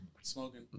smoking